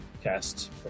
cast